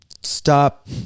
stop